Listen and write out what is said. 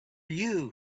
you